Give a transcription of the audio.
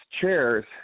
chairs